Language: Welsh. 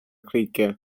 creigiau